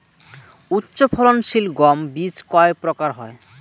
উচ্চ ফলন সিল গম বীজ কয় প্রকার হয়?